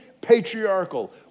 patriarchal